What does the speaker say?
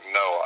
no